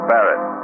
Barrett